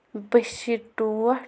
بٔشیٖر ٹوٹھ